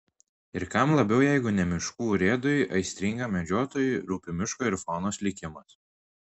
ir kam labiau jeigu ne miškų urėdui aistringam medžiotojui rūpi miško ir faunos likimas